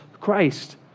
Christ